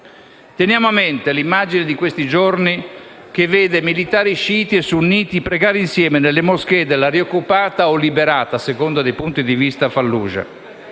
Teniamo a mente l'immagine di questi giorni che vede militari sciiti e sunniti pregare assieme nelle moschee della rioccupata (o liberata, a seconda dei punti di vista) Falluja,